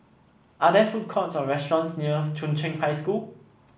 are there food courts or restaurants near Chung Cheng High School